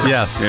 Yes